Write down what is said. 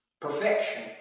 Perfection